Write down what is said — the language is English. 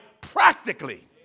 practically